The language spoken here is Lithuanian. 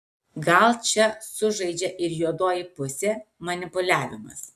gal čia sužaidžia ir juodoji pusė manipuliavimas